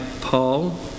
Paul